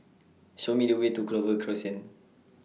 Show Me The Way to Clover Crescent